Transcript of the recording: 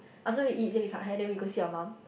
after we eat then we cut hair then we go see your mum